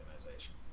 organization